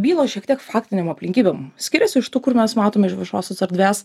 bylos šiek tiek faktinėm aplinkybėm skiriasi iš tų kur mes matom iš viešosios erdvės